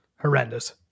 horrendous